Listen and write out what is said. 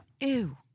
Ew